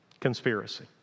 Conspiracy